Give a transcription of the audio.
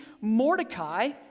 Mordecai